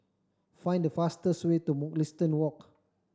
find the fastest way to Mugliston Walk